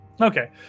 Okay